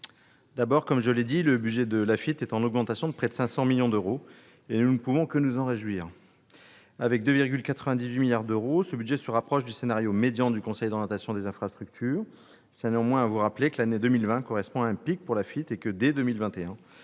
D'abord, comme je l'ai annoncé, le budget de l'Afitf est en augmentation, de près de 500 millions d'euros, et nous ne pouvons que nous en réjouir : avec 2,98 milliards d'euros, ce budget se rapproche du scénario médian du Conseil d'orientation des infrastructures. Je tiens néanmoins à vous rappeler que l'année 2020 correspond à un pic pour l'Afitf et que, dès 2021,